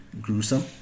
gruesome